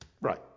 Right